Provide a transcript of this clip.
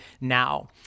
now